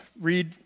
read